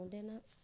ᱚᱸᱰᱮᱱᱟᱜ